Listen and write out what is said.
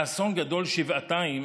האסון גדול שבעתיים